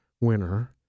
winner